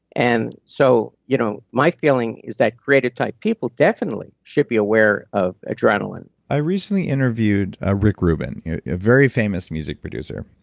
and so you know my feeling is that creative type people definitely should be aware of adrenaline i recently interviewed ah rick rubin, a very famous music producer.